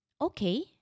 okay